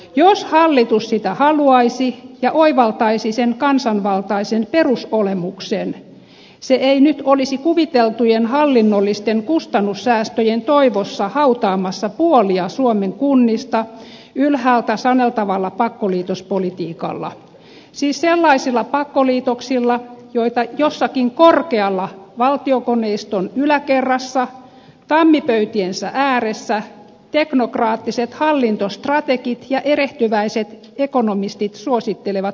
jos hallitus sitä haluaisi ja oivaltaisi sen kansanvaltaisen perusolemuksen se ei nyt olisi kuviteltujen hallinnollisten kustannussäästöjen toivossa hautaamassa puolia suomen kunnista ylhäältä saneltavalla pakkoliitospolitiikalla siis sellaisilla pakkoliitoksilla joita jossakin korkealla valtiokoneiston yläkerrassa tammipöytiensä ääressä teknokraattiset hallintostrategit ja erehtyväiset ekonomistit suosittelevat ministerillemme